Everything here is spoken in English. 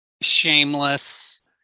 shameless